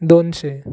दोनशें